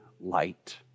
light